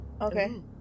Okay